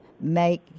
make